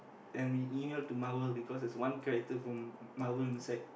and we emailed to Marvel because there was one character from Marvel inside